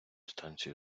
станції